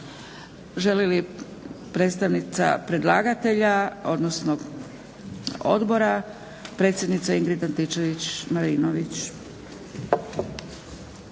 Želi li predstavnica predlagatelja, odnosno odbora? Predsjednica Ingrid Antičević Marinović.